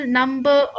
number